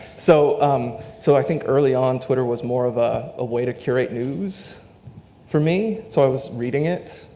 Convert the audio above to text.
so um so i think early on, twitter was more of a ah way to curate news for me, so i was reading it,